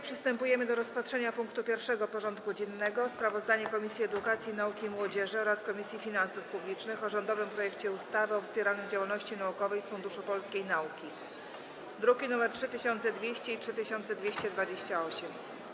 Przystępujemy do rozpatrzenia punktu 1. porządku dziennego: Sprawozdanie Komisji Edukacji, Nauki i Młodzieży oraz Komisji Finansów Publicznych o rządowym projekcie ustawy o wspieraniu działalności naukowej z Funduszu Polskiej Nauki (druki nr 3200 i 3228)